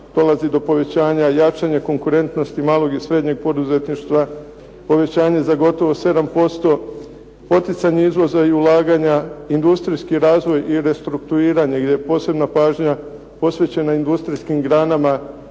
dolazi do povećanja i jačanja konkurentnosti malog i srednjeg poduzetništva, povećanje za gotovo 7%, poticanje izvoza i ulaganja, industrijski razvoj i restrukturiranje gdje je posebna pažnja posvećena industrijskim granama